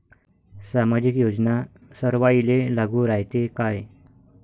सामाजिक योजना सर्वाईले लागू रायते काय?